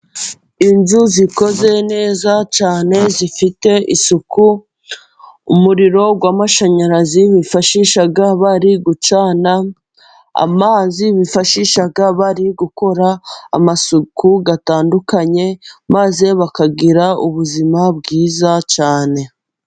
Inzu zikoze neza cyane zifite isuku umuriro w'amashanyarazi bifashisha bari gucana, amazi bifashisha bari gukora amasuku atandukanye maze bakagira ubuzima bwiza cyane.